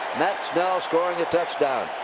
matt snell scoring a touchdown.